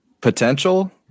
potential